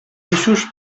eixos